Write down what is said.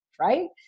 Right